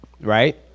right